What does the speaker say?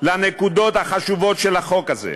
לנקודות החשובות של החוק הזה: